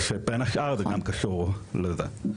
שבין השאר זה גם קשור לזה.